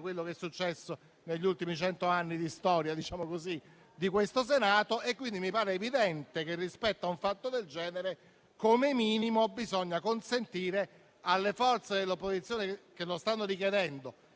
quello che è successo negli ultimi cento anni di storia del Senato e quindi mi pare evidente che rispetto a un fatto del genere come minimo bisogna consentire alle forze dell'opposizione che lo stanno richiedendo